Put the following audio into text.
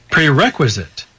Prerequisite